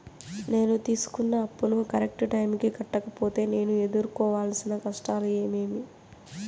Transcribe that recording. నేను తీసుకున్న అప్పును కరెక్టు టైముకి కట్టకపోతే నేను ఎదురుకోవాల్సిన కష్టాలు ఏమీమి?